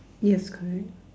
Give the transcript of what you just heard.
yes correct